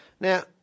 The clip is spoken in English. Now